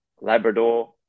Labrador